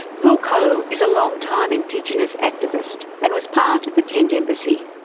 paul coe is a long-time indigenous activist and was part of the tent embassy.